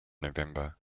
november